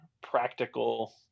practical